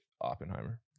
Oppenheimer